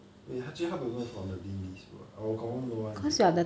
wait actually how to know if I on the dean list I will confirm know [one] is it